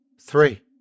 Three